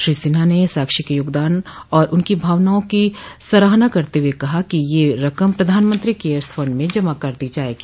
श्री सिन्हा ने साक्षी के योगदान और उनकी भावनाओं की सराहना करते हुए कहा कि यह रकम प्रधानमंत्री केयर्स फंड में जमा कर दी जायेगी